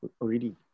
already